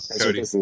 Cody